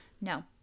No